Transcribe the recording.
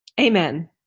Amen